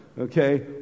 okay